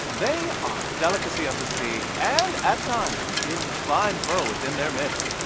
they are a delicacy of the sea, and at times, concealing a fine pearl within their midst.